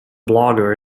blogger